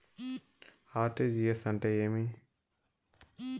RTGS అంటే ఏమి?